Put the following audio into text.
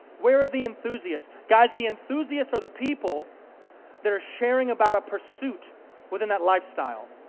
where are the enthusiasts? guys, the enthusiasts are the people that are sharing about a pursuit within that lifestyle.